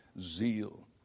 zeal